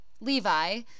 Levi